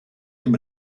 dem